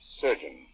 surgeon